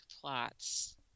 plots